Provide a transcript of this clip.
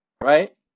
Right